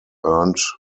earned